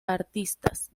artistas